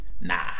nah